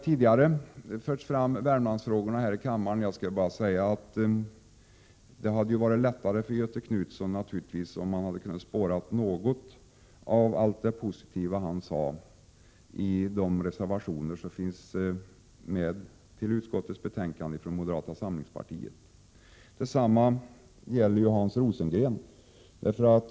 Tidigare har Värmlandsfrågorna förts fram i kammaren och jag skall bara säga att det hade varit lättare för Göthe Knutson om han hade kunnat spåra något av allt det positiva han sade i de reservationer som finns med i utskottets betänkande från moderata samlingspartiet. Detsamma gäller Hans Rosengren.